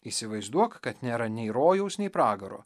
įsivaizduok kad nėra nei rojaus nei pragaro